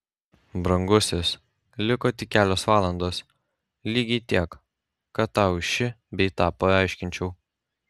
brangusis liko tik kelios valandos lygiai tiek kad tau šį bei tą paaiškinčiau